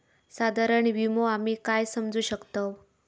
साधारण विमो आम्ही काय समजू शकतव?